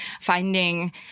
finding